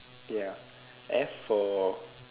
ya F for